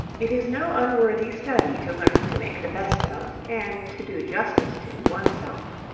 it is no unworthy study to learn to make the best of, and to do justice to, one's self.